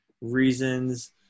reasons